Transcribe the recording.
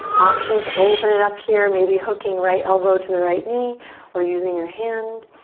option to open it up here, maybe hooking right elbow to the right knee or using your hand.